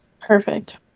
Perfect